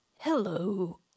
Hello